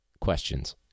questions